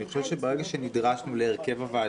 אני חושב שברגע שנדרשנו להרכב וועדה,